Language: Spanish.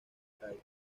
calle